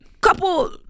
couple